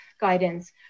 guidance